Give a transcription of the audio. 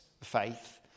faith